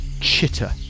chitter